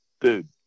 dude